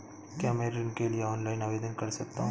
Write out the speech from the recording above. क्या मैं ऋण के लिए ऑनलाइन आवेदन कर सकता हूँ?